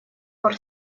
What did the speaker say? пор